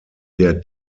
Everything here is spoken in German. der